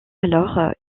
alors